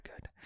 good